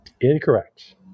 Incorrect